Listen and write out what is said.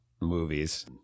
movies